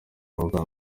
rwanda